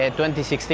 2016